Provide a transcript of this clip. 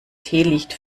teelicht